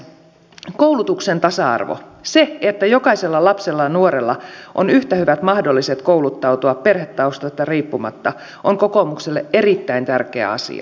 koulutuksen tasa arvo se että jokaisella lapsella ja nuorella on yhtä hyvät mahdollisuudet kouluttautua perhetaustasta riippumatta on kokoomukselle erittäin tärkeä asia